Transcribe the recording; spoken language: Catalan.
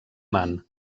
man